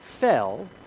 fell